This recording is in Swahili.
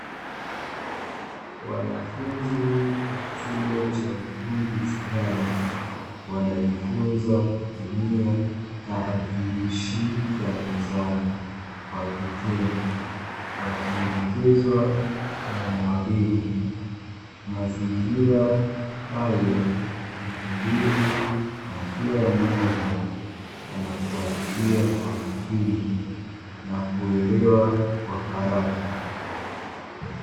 Wanafunzi wa chuo cha ufundi stadi wanajifunza kutumia tarakilishi za mezani kwa vitendo wakielekezwa na mwalimu. Mazingira hayo ni tulivu na kila mmoja anafatilia kwa makini na kuelewa kwa haraka.